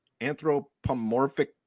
anthropomorphic